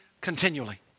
continually